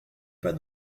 pas